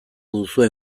duzuen